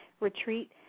retreat